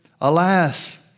Alas